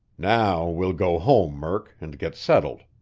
now, we'll go home, murk, and get settled.